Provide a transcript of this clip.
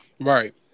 Right